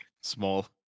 Small